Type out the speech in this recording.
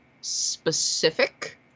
specific